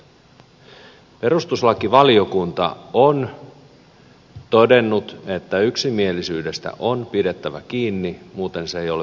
perustuslakivaliokunta on todennut että yksimielisyydestä on pidettävä kiinni muuten se ei ole suomen perustuslain mukaista